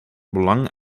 belang